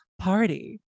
party